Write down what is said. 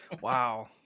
Wow